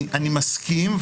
אני מסכים,